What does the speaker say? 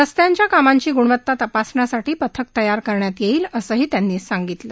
रस्त्यांच्या कामांची ग्णवता तपासण्यासाठी पथक तयार करण्यात येईल असं त्यांनी सांगितलं